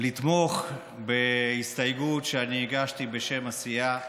לתמוך בהסתייגות שאני הגשתי בשם הסיעה,